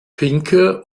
pinke